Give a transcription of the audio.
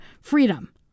freedom